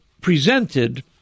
presented